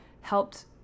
helped